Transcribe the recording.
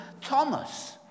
Thomas